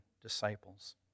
disciples